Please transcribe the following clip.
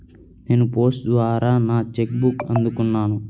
నేను పోస్ట్ ద్వారా నా చెక్ బుక్ని అందుకున్నాను